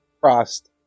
crossed